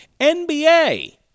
NBA